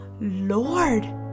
Lord